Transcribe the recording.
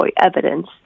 evidence